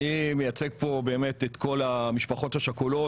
אני מייצג פה באמת את כל המשפחות השכולות,